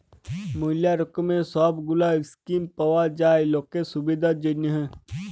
ম্যালা রকমের সব গুলা স্কিম পাওয়া যায় লকের সুবিধার জনহ